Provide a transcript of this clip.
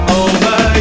over